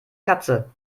katze